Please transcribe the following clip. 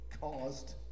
caused